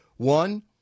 One